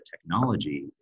technology